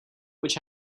which